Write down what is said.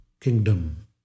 kingdom